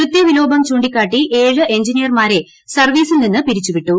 കൃത്യവിലോപം ചൂിക്കാട്ടി ഏഴ് എഞ്ചിനീയർമാരെ സർവ്വീസിൽ നിന്ന് പിരിച്ചുവിട്ടു